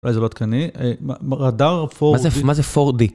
אולי זה לא תקני, רדאר 4D. מה זה 4D?